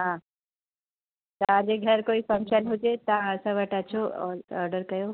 हा तव्हांजे घरु कोई फ़ंक्शन हुजे तव्हां असां वटि अचो और ऑर्डर कयो